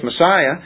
Messiah